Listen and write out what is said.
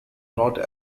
not